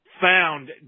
found